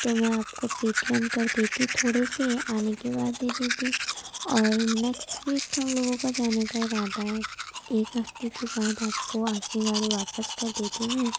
تو میں آپ کو پے ٹی ایم کر دیتی تھوڑے سے آنے کے بعد دے دیتی اور نیکسٹ ویکڈ ہم لوگوں کا جانے کا ارادہ ہے ایک ہفتے کے بعد آپ کو آپ کی گاڑی واپس کر دیتی میں